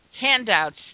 handouts